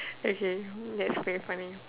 okay that's pretty funny